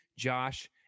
Josh